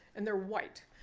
and they're white.